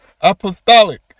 Apostolic